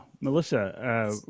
melissa